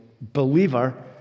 believer